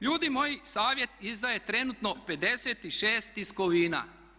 Ljudi moji, Savjet izdaje trenutno 56 tiskovina.